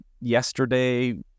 yesterday